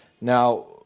Now